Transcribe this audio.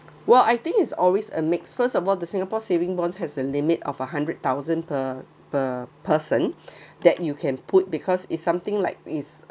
well I think is always a mixed first of all the singapore saving bonds has a limit of a hundred thousand per per person that you can put because is something like is